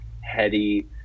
heady